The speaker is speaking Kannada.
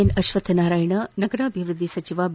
ಎನ್ ಅಶ್ವಥ್ ನಾರಾಯಣ ನಗರಾಭಿವೃದ್ಧಿ ಸಚಿವ ಬಿ